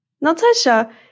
Natasha